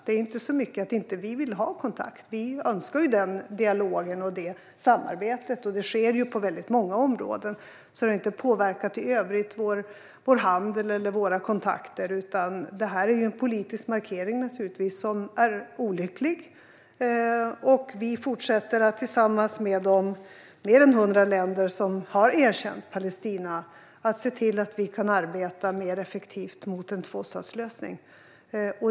Det är inte så mycket det att vi inte vill ha kontakt, utan vi önskar den dialog och det samarbete som också sker på många områden. Detta har alltså inte påverkat i övrigt vad gäller vår handel eller våra kontakter, utan det här är en politisk markering som naturligtvis är olycklig. Vi fortsätter att tillsammans med de mer än 100 länder som har erkänt Palestina se till att vi kan arbeta mer effektivt för en tvåstatslösning.